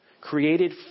created